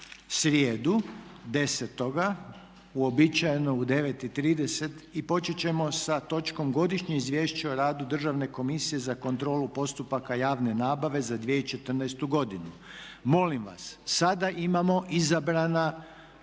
srijedu desetoga, uobičajeno u 9,30 i počet ćemo sa točkom Godišnje izvješće o radu Državne komisije za kontrolu postupaka javne nabave za 2014. godinu. Molim vas sada imamo izabrana